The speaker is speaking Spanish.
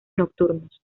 nocturnos